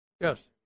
Yes